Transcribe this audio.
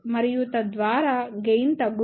మరియు తర్వాత గెయిన్ తగ్గుతుంది